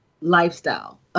lifestyle